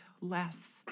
less